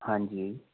ਹਾਂਜੀ